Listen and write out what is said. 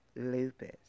lupus